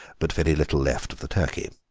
but very little left of the turkey.